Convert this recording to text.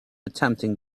attempting